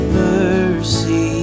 mercy